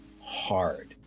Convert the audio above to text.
hard